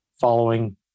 following